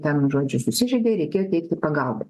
ten žodžiu susižeidė reikėjo teikti pagalbą